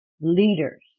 leaders